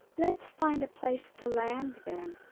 let's find a place to land then!